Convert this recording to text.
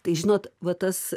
tai žinot va tas